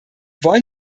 wollen